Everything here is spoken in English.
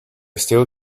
still